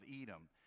Edom